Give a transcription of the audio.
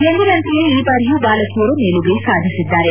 ಎಂದಿನಂತೆಯೇ ಈ ಬಾರಿಯೂ ಬಾಲಕಿಯರೇ ಮೇಲುಗೈ ಸಾಧಿಸಿದ್ದಾರೆ